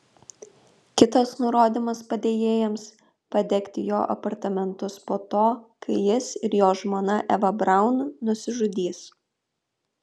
kitas nurodymas padėjėjams padegti jo apartamentus po to kai jis ir jo žmona eva braun nusižudys